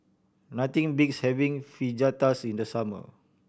nothing beats having Fajitas in the summer